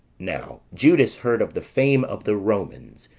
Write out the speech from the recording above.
now judas heard of the fame of the romans,